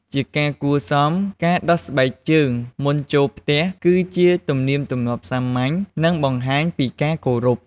ជាការគួរសម ការដោះស្បែកជើងមុនចូលផ្ទះគឺជាទំនៀមទម្លាប់សាមញ្ញ និងបង្ហាញពីការគោរព។